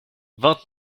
vingt